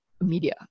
media